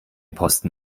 posten